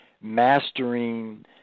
mastering